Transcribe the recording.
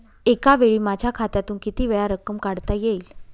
एकावेळी माझ्या खात्यातून कितीवेळा रक्कम काढता येईल?